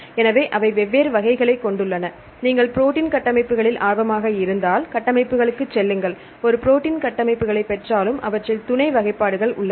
எனவே அவை வெவ்வேறு வகைகளைக் கொண்டுள்ளன நீங்கள் ப்ரோடீன் கட்டமைப்புகளில் ஆர்வமாக இருந்தால் கட்டமைப்புகளுக்குச் செல்லுங்கள் ஒரு ப்ரோடீன் கட்டமைப்புகளைப் பெற்றாலும் அவற்றில் துணை வகைப்பாடுகள் உள்ளன